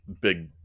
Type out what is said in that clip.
big